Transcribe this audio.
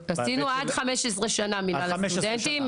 עשינו עד 15 מלגה לסטודנטים,